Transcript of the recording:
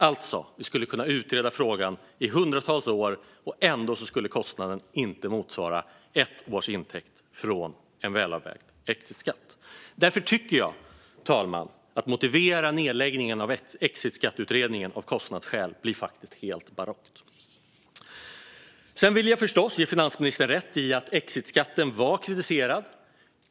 Vi skulle alltså kunna utreda frågan i hundratals år, och ändå skulle kostnaden inte motsvara ett års intäkt från en välavvägd exitskatt. Därför tycker jag, fru talman, att detta att motivera nedläggningen av exitskatteutredningen med kostnadsskäl är helt barockt. Sedan vill jag förstås ge finansministern rätt i att exitskatten var kritiserad.